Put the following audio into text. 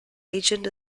agent